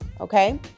okay